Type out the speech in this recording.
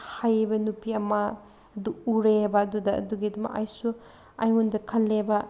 ꯍꯥꯏꯕ ꯅꯨꯄꯤ ꯑꯃ ꯑꯗꯨ ꯎꯔꯦ ꯑꯕ ꯑꯗꯨꯗ ꯑꯗꯨꯒꯤꯗꯃꯛ ꯑꯩꯁꯨ ꯑꯩꯉꯣꯟꯗ ꯈꯜꯂꯦꯕ